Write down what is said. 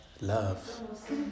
Love